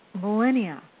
millennia